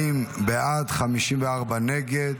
40 בעד, 54 נגד.